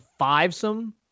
fivesome